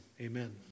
Amen